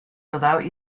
without